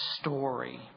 story